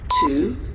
two